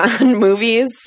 movies